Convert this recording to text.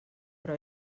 però